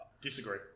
Disagree